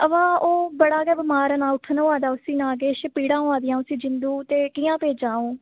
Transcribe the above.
अवा ओह् बड़ा गै बमार ऐ ना उट्ठन होआ दा नां किस पीड़ा होआ दियां जिंदु ते कि'यां भेजा आ'ऊं